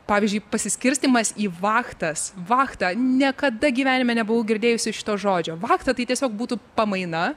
pavyzdžiui pasiskirstymas į vachtas vachta niekada gyvenime nebuvau girdėjusi šito žodžio vachta tai tiesiog būtų pamaina